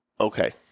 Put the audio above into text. Okay